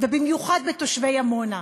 ובמיוחד תושבי עמונה.